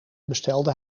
bestelde